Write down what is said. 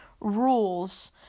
rules